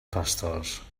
pastors